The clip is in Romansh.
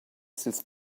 sils